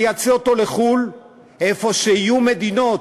לייצא אותו לחוץ-לארץ, למדינות